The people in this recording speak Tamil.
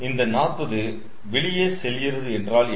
இந்த 40 வெளியே செல்கிறது என்றால் என்ன